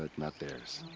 not theirs.